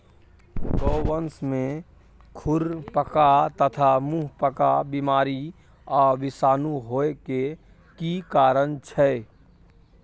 गोवंश में खुरपका तथा मुंहपका बीमारी आ विषाणु होय के की कारण छै?